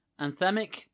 Anthemic